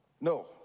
No